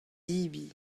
zebriñ